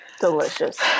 delicious